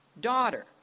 daughter